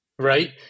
Right